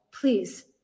please